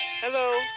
Hello